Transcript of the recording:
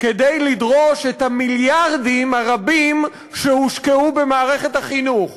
כדי לדרוש את המיליארדים הרבים שהושקעו במערכת החינוך,